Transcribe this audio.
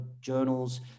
journals